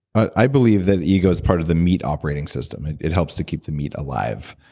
i believe that ego is part of the meat operating system. it helps to keep the meet alive,